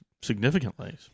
significantly